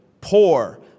poor